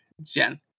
Jen